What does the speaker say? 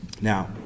Now